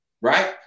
Right